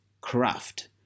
craft